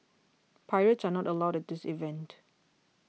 pirates are not allowed at this event